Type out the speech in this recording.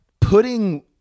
putting